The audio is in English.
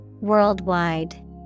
Worldwide